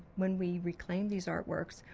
when we reclaim these artworks,